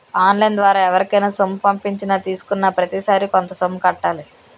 on line ద్వారా ఎవరికైనా సొమ్ము పంపించినా తీసుకున్నాప్రతిసారి కొంత సొమ్ము కట్టాలి